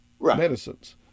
medicines